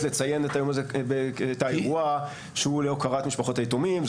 לציין את האירוע שהוא להוקרת משפחות היתומים.